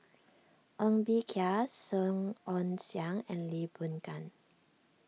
Ng Bee Kia Song Ong Siang and Lee Boon Ngan